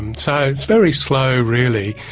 and so it's very slow really,